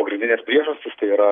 pagrindinės priežastys tai yra